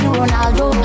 Ronaldo